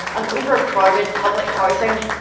and overcrowded public housing.